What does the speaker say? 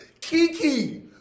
Kiki